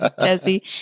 Jesse